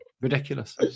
Ridiculous